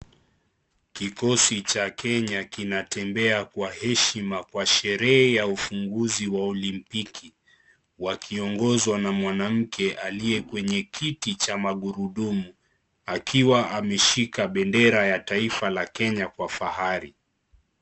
Kikosi cha kenya kinatembea kwa heshima kwa sherehe ya ufunguzi wa olimpiki .Wakiongozwa na mwanamke aliye kwenye kiti cha magurudumu. Akiwa ameshika bendera ya taifa la Kenya kwa fahari.